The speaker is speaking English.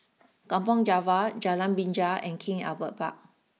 Kampong Java Jalan Binja and King Albert Park